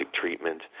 treatment